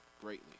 greatly